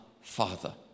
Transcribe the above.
Father